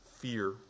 fear